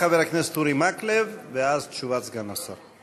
חבר הכנסת אורי מקלב, ואז תשובת סגן השר.